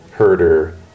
Herder